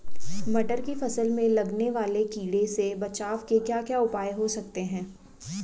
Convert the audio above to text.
मटर की फसल में लगने वाले कीड़ों से बचाव के क्या क्या उपाय हो सकते हैं?